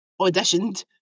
auditioned